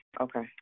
okay